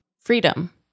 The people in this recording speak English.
freedom